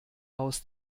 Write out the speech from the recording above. aus